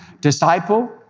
disciple